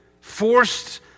forced